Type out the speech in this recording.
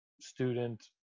student